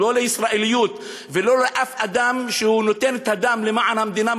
לא לישראליות ולא לשום אדם שנותן את הדם למען המדינה,